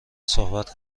صحبت